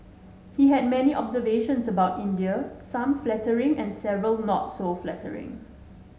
he had many observations about India some flattering and several not so flattering